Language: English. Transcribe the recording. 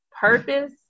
purpose